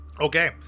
okay